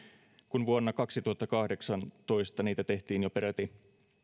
kun vuonna kaksituhattakahdeksantoista niitä tehtiin jo peräti